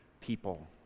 people